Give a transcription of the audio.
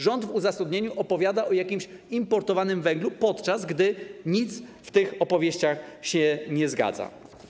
Rząd w uzasadnieniu opowiada o jakimś importowanym węglu, podczas gdy nic w tych opowieściach się nie zgadza.